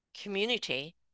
community